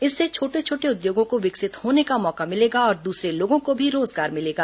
इससे छोटे छोटे उद्योगों को विकसित होने का मौका मिलेगा और दूसरे लोगों को भी रोजगार मिलेगा